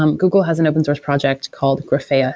um google has an open source project called grafea, ah